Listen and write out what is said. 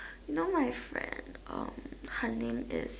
you know my friend um her name is